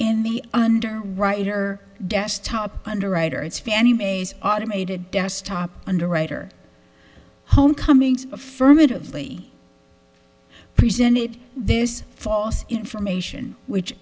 in the under writer desktop underwriters fannie mae's automated desktop underwriter homecomings affirmatively presented this false information which